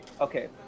okay